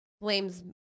blames